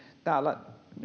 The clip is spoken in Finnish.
täällä